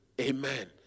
amen